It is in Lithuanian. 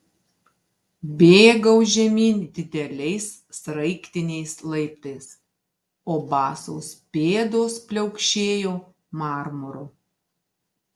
bėgau žemyn dideliais sraigtiniais laiptais o basos pėdos pliaukšėjo marmuru